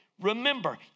Remember